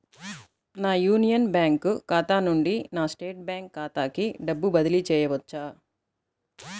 నా union bank ఖాతా నుండి నా స్టేట్ బ్యాంకు ఖాతాకి డబ్బు బదిలి చేయవచ్చా?